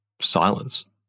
silence